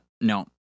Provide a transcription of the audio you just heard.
No